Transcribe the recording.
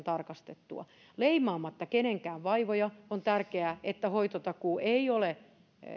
tarkastettua leimaamatta kenenkään vaivoja on tärkeää että hoitotakuu ei ole